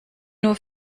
nur